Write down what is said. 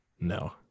No